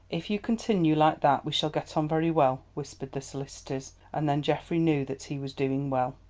if you continue like that we shall get on very well, whispered the solicitors, and then geoffrey knew that he was doing well.